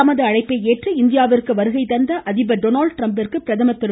தமது அழைப்பை ஏற்று இந்தியாவிற்கு வருகை தந்த அதிபர் டொனால்ட் ட்ரம்ப்பிற்கு பிரதமர் திரு